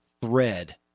thread